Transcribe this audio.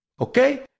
okay